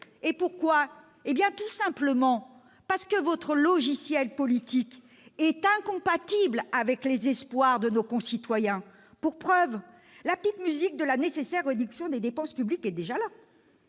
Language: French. populaires, tout simplement parce que votre logiciel politique est incompatible avec les espoirs de nos concitoyens. J'en veux pour preuve que la petite musique de la nécessaire réduction des dépenses publiques est déjà là.